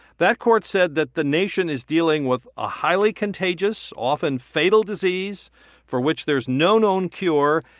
that court said that the nation is dealing with a highly contagious, often fatal disease for which there's no known cure.